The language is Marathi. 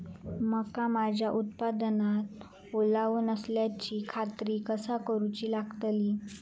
मका माझ्या उत्पादनात ओलावो नसल्याची खात्री कसा करुची लागतली?